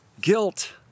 guilt